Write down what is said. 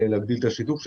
להגדיל את השיתוף שלהן.